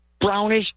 brownish